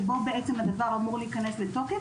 שבו הדבר בעצם אמור להיכנס לתוקף,